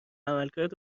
عملکرد